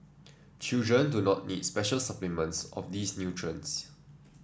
children do not need special supplements of these nutrients